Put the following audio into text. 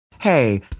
Hey